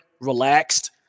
relaxed